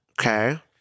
okay